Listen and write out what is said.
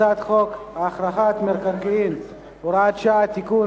הצעת חוק החכרת מקרקעין (הוראות שעה) (תיקון,